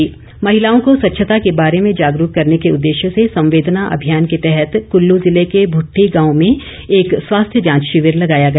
शिविर महिलाओं को स्वच्छता के बारे जागरूक करने के उद्देश्य से संवेदना अभियान के तहत कुल्लू जिले के भूट्ठी गांव में एक स्वास्थ्य जांच शिविर लगाया गया